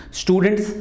students